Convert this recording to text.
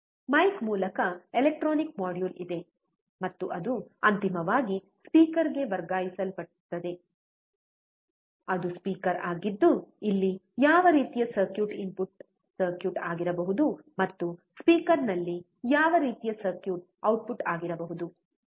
mic ಮೂಲಕ electronic module ಇದೆ ಮತ್ತು ಅದು ಅಂತಿಮವಾಗಿ ಸ್ಪೀಕರ್ಗೆ ವರ್ಗಾಯಿಸಲ್ಪಡುತ್ತದೆ ಅದು ಸ್ಪೀಕರ್ ಆಗಿದ್ದು ಇಲ್ಲಿ ಯಾವ ರೀತಿಯ ಸರ್ಕ್ಯೂಟ್ ಇನ್ಪುಟ್ ಸರ್ಕ್ಯೂಟ್ ಆಗಿರಬಹುದು ಮತ್ತು ಸ್ಪೀಕರ್ನಲ್ಲಿ ಯಾವ ರೀತಿಯ ಸರ್ಕ್ಯೂಟ್ ಔಟ್ಪುಟ್ ಆಗಿರಬಹುದು